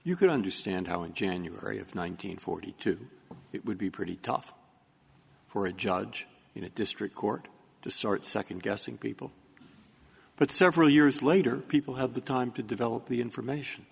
you could understand how in january of one nine hundred forty two it would be pretty tough for a judge you know a district court to start second guessing people but several years later people have the time to develop the information